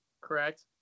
correct